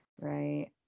Right